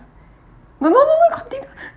no no no no continue